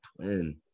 twin